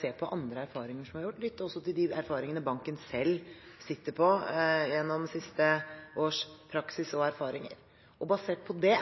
se på andre erfaringer som er gjort, lytte til de erfaringene banken selv sitter på gjennom siste års praksis og erfaringer, og basert på det